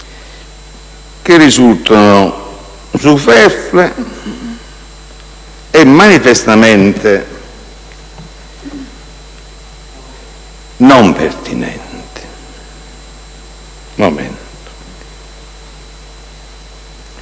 che risultano superflue e manifestamente non pertinenti. Nel